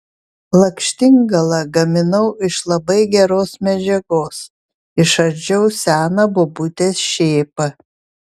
lakštingalą gaminau iš labai geros medžiagos išardžiau seną bobutės šėpą